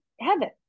heaven